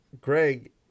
Greg